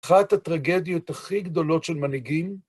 אחת הטרגדיות הכי גדולות של מנהיגים,